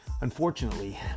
Unfortunately